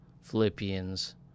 Philippians